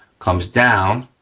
comes down,